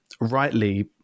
rightly